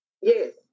Yes